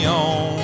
on